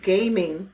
Gaming